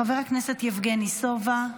חבר הכנסת יבגני סובה,